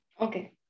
Okay